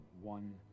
one